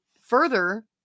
further